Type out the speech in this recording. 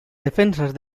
defensas